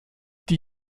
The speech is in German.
die